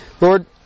Lord